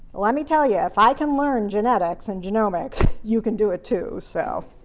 let me tell you, if i can learn genetics and genomics, you can do it too, so